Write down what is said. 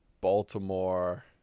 baltimore